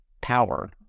power